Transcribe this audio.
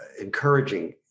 encouraging